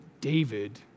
David